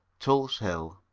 tulse hill